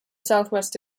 southwest